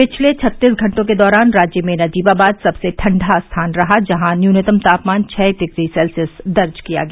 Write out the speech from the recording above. पिछले छत्तीस घंटों के दौरान राज्य में नजीबाबाद सबसे ठंडा स्थान रहा जहां न्यूनतम तापमान छह डिग्री सेल्सियस दर्ज किया गया